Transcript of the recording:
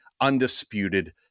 undisputed